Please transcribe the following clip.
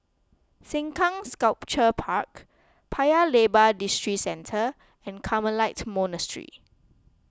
Sengkang Sculpture Park Paya Lebar Districentre and Carmelite Monastery